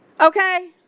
Okay